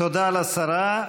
תודה לשרה.